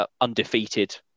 undefeated